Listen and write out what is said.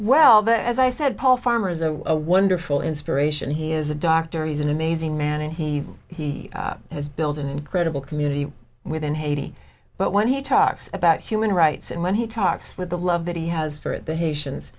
there as i said paul farmer is a wonderful inspiration he is a doctor he's an amazing man and he he has built an incredible community within haiti but when he talks about human rights and when he talks with the love that he has for the haitians